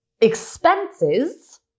expenses